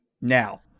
Now